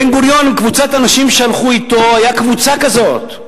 בן-גוריון וקבוצה של אנשים שהלכו אתו היו קבוצה כזאת.